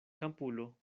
kampulo